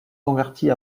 convertie